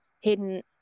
hidden